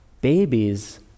babies